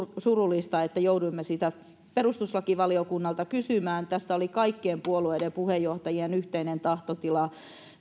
surullista että jouduimme sitä perustuslakivaliokunnalta kysymään tässä oli kaikkien puolueiden puheenjohtajien yhteinen tahtotila